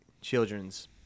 children's